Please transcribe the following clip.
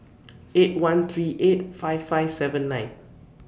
eight one three eight five five seven nine